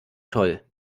toll